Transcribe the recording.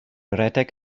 redeg